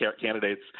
candidates